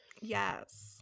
Yes